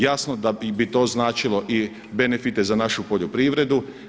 Jasno da bi to značilo i benefite za našu poljoprivredu.